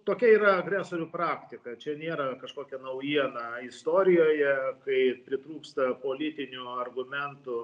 tokia yra agresorių praktika čia nėra kažkokia naujiena istorijoje kai pritrūksta politinių argumentų